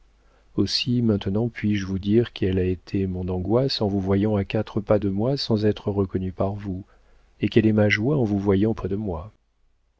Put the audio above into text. aussi maintenant puis-je vous dire quelle a été mon angoisse en vous voyant à quatre pas de moi sans être reconnue par vous et quelle est ma joie en vous voyant près de moi